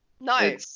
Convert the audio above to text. No